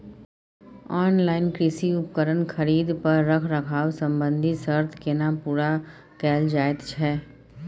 Online कृषि उपकरण खरीद पर रखरखाव संबंधी सर्त केना पूरा कैल जायत छै?